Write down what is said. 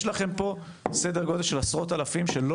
יש לכם פה סדר גודל של עשרות אלפים שלא